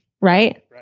right